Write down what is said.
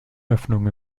öffnung